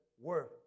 worth